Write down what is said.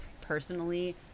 personally